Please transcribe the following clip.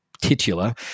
titular